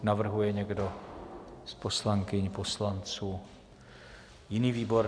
Navrhuje někdo z poslankyň a poslanců jiný výbor?